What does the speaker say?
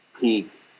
peak